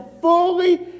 fully